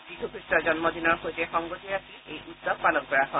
যীণ্ড খ্ৰীষ্টৰ জন্মদিনৰ লগত সংগতি ৰাখি এই উৎসৱ পালন কৰা হয়